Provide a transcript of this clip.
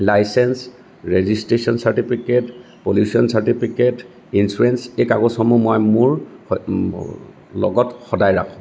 licence registration certificate pollution certificate insurance এই কাগজ সমূহ মই মোৰ লগত সদায় ৰাখোঁ